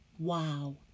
Wow